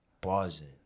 Buzzing